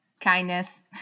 Kindness